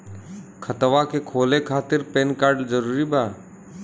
खतवा के खोले खातिर पेन कार्ड जरूरी बा?